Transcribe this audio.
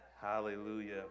hallelujah